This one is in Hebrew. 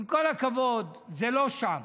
עם כל הכבוד, זה לא שם.